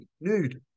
nude